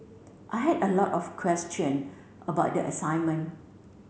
I had a lot of question about the assignment